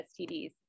STDs